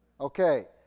okay